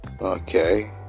Okay